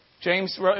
James